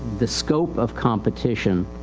the scope of competition,